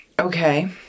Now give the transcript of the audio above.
Okay